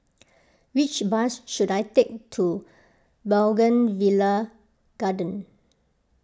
which bus should I take to Bougainvillea Garden